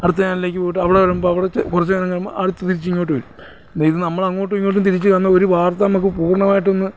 അടുത്ത ചാനലിലേക്ക് പോയിട്ട് അവിടെ വരുമ്പോൾ അവിടുത്തെ കുറച്ച് നേരം കഴിയുമ്പോൾ അടുത്ത് തിരിച്ചിങ്ങോട്ട് വരും ഇത് നമ്മളങ്ങോട്ടും ഇങ്ങോട്ടും തിരിച്ചു വന്നാൽ ഒരു വാർത്ത നമുക്ക് പൂർണ്ണമായിട്ടൊന്ന്